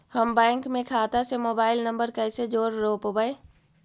हम बैंक में खाता से मोबाईल नंबर कैसे जोड़ रोपबै?